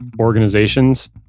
organizations